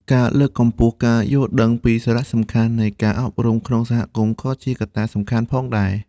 ការលើកកម្ពស់ការយល់ដឹងពីសារៈសំខាន់នៃការអប់រំក្នុងសហគមន៍ក៏ជាកត្តាសំខាន់ផងដែរ។